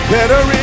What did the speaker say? Better